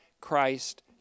Christ